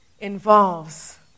involves